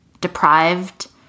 deprived